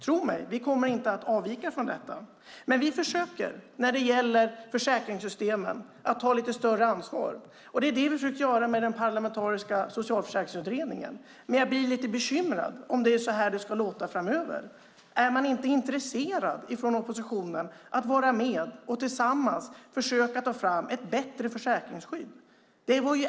Tro mig, vi kommer inte att avvika från detta. När det gäller försäkringssystemen försöker vi ta lite större ansvar. Det gör vi med den parlamentariska socialförsäkringsutredningen. Jag blir dock lite bekymrad om det ska låta så här framöver. Är oppositionen inte intresserad av att vi tillsammans försöker ta fram ett bättre försäkringsskydd?